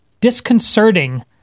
disconcerting